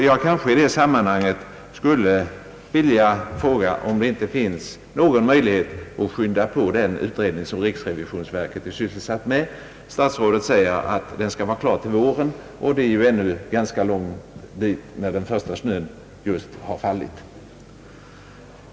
Jag skulle i detta sammanhang vilja fråga, om det inte finns någon möjlighet att påskynda den utredning som riksrevisionsverket fått i uppdrag att göra. Herr statsrådet har sagt att utredningsarbetet skall vara klart någon gång på våren, men det är långt dit nu när den första snön just har fallit.